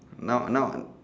now now